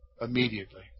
immediately